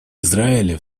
израиля